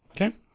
Okay